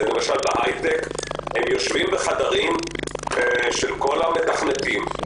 למשל בהייטק יושבים בחדרים של כל המתכנתים.